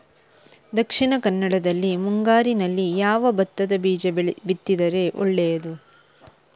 ದಕ್ಷಿಣ ಕನ್ನಡದಲ್ಲಿ ಮುಂಗಾರಿನಲ್ಲಿ ಯಾವ ಭತ್ತದ ಬೀಜ ಬಿತ್ತಿದರೆ ಒಳ್ಳೆಯದು?